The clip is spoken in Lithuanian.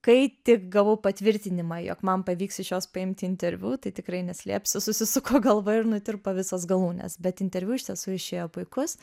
kai tik gavau patvirtinimą jog man pavyks iš jos paimti interviu tai tikrai neslėpsiu susisuko galva ir nutirpo visos galūnės bet interviu iš tiesų išėjo puikus